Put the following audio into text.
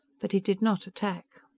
but he did not attack.